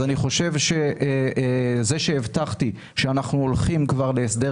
אני חושב שזה שהבטחתי שאנחנו הולכים כבר להסדר